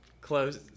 close